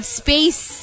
space